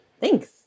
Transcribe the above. Thanks